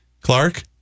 Clark